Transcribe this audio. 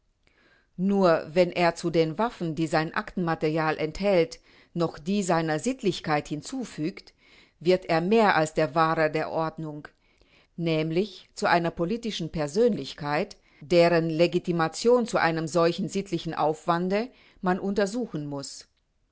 nur wenn er zu den waffen die sein aktenmaterial enthält noch die seiner sittl hinzufügt wird er mehr als der wahrer der ordnung näml zu einer politischen persönlichkeit deren legitimation zu einem solchen sittl aufwande man untersuchen muß